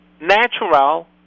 natural